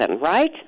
right